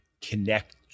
connect